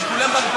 מי מדבר מטעם